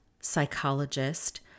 psychologist